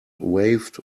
waved